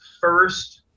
first